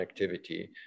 connectivity